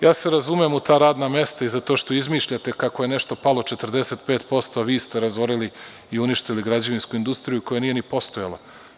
Ja se razumem u ta radna mesta i za to što izmišljate kako je nešto palo 45%, vi ste razorili i uništili građevinsku industriju koja nije ni postojala.